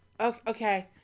okay